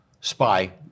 spy